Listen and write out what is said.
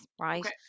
right